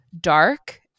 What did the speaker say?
dark